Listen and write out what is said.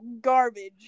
garbage